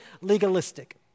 legalistic